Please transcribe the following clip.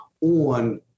on